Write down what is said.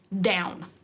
down